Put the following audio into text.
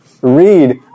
read